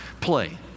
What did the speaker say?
play